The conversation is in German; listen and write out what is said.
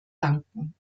danken